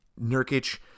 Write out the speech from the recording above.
Nurkic